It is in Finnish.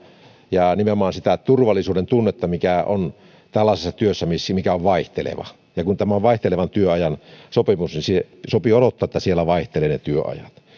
ja nimenomaan sitä turvallisuudentunnetta mikä on tällaisessa työssä mikä on vaihteleva ja kun tämä on vaihtelevan työajan sopimus niin sopii odottaa että siellä vaihtelevat ne työajat